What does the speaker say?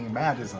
matt